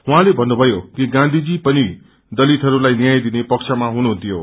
उहाँले पन्नुभयो कि गान्धीजी पनि दसितहरूलाई न्याय दिने पक्षमा हुनुहुन्थ्यो